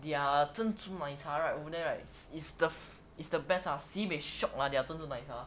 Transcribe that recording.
their 珍珠奶茶 over there right is the best sibeh shiok ah their 珍珠奶茶